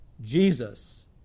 Jesus